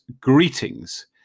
greetings